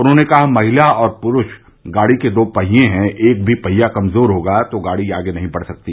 उन्होंने कहा कि महिला और पुरूष गाही के दो पहिये है एक भी पहिया कमजोर होगा तो गाही आगे नहीं बढ़ सकती